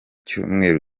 cyumweru